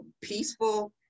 peaceful